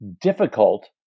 difficult